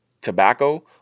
tobacco